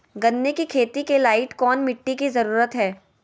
गन्ने की खेती के लाइट कौन मिट्टी की जरूरत है?